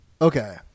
Okay